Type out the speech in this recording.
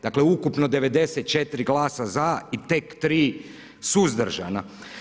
Dakle, ukupno 94 glasa za i tek 3 suzdržana.